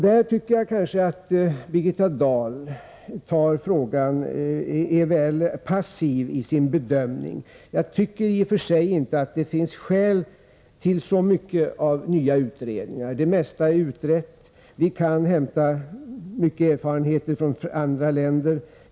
Där tycker jag att Birgitta Dahl kanske är väl passiv i sin bedömning. Jag tycker i och för sig inte att det finns skäl till så mycket av nya utredningar. Det mesta är utrett. Vi kan hämta många erfarenheter från andra länder.